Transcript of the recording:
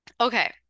Okay